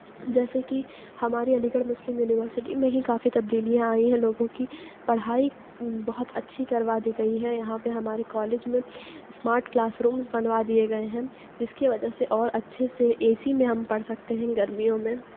جیسےکہ ہمارے Aligarh Muslim University میں ہی کافی تبدیلیاں آئی ہیں لوگوں کی پڑھائی بہت اچھی کروا دی گئی ہے یہاں پہ ہمارے کالج میں اسمارٹ کلاس رومز بنوا دیے گئے ہیں جس کے وجہ سے اور اچھے سے اے سی میں ہم پڑھ سکتے ہیں گرمیوں میں